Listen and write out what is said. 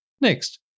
Next